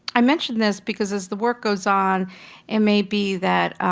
i mention this because as the work goes on it may be that